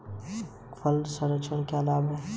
फल संरक्षण से क्या लाभ है?